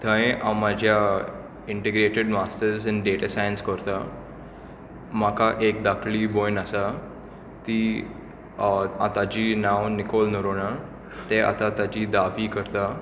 थंय हांव म्हाज्या इट्रिगेटेड मास्टर्स इन डेटा सायन्स कोरता म्हाका एक धाकली भोयण आसा ती ताजी नांव निकोल नोरोना ते आतां ताजी धावी करता